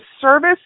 service